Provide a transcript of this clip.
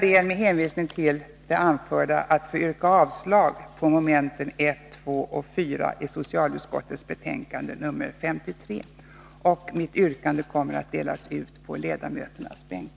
Med hänvisning till det anförda ber jag att få yrka avslag på mom. 1,2 och 4 i hemställan i socialutskottets betänkande 53. Mitt yrkande kommer att delas ut på ledamöternas bänkar.